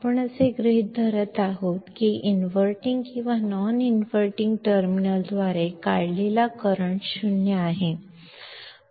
आपण असे गृहीत धरत आहोत की इनव्हर्टिंग किंवा नॉन इन्व्हर्टिंग टर्मिनल्सद्वारे काढलेला करंट 0 आहे